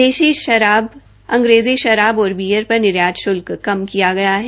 देशी शराब अंग्रेजी शराब और बीयर पर निर्यात शुल्क कम किया गया है